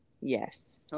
yes